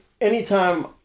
anytime